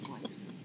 place